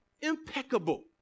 Impeccable